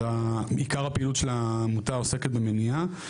אז עיקר הפעילות של העמותה עוסקת במניעה,